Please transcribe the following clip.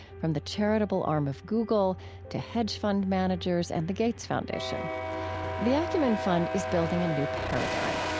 from the charitable arm of google to hedge fund managers and the gates foundation the acumen fund is building a new paradigm,